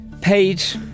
Page